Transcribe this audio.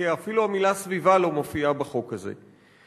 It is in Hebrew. כי המלה "סביבה" אפילו לא מופיעה בחוק הזה.